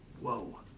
Whoa